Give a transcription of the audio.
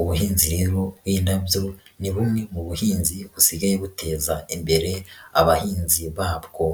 ubuhinzi rero bw'indabyo, ni bumwe mu buhinzi busigaye buteza imbere abahinzi babwo.